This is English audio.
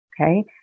okay